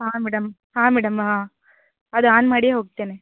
ಹಾಂ ಮೇಡಮ್ ಹಾಂ ಮೇಡಮ್ ಹಾಂ ಅದು ಆನ್ ಮಾಡಿಯೇ ಹೋಗ್ತೇನೆ